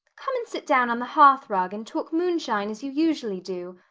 come and sit down on the hearth-rug, and talk moonshine as you usually do.